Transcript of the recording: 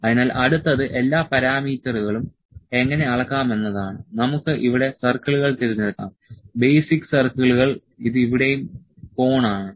അതിനാൽ അടുത്തത് എല്ലാ പാരാമീറ്ററുകളും എങ്ങനെ അളക്കാം എന്നതാണ് നമുക്ക് ഇവിടെ സർക്കിളുകൾ തിരഞ്ഞെടുക്കാം ബേസിക് സർക്കിളുകൾ ഇത് ഇവിടെയും കോൺ ആണ്